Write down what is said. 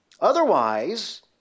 Otherwise